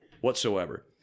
whatsoever